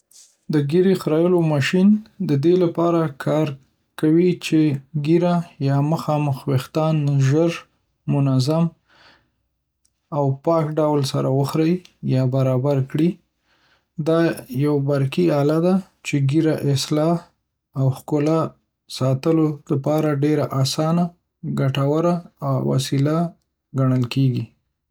د ږیرې خرییولو ماشین د دې لپاره کار کوي چې ږیره یا مخامخ ویښتان ژر، منظم، او پاک ډول سره وخریي یا برابر کړي. دا یو برقي آله ده چې د ږیرې اصلاح او ښکلا ساتلو لپاره ډېره اسانه او ګټوره وسیله ګڼل کېږي.